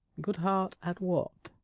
good heart, at what?